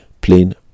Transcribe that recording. plain